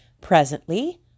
Presently